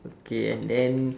okay and then